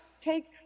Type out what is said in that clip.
Take